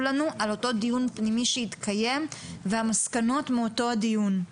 לנו על אותו דיון פנימי שהתקיים והמסקנות מאותו הדיון.